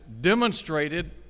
demonstrated